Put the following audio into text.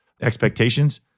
expectations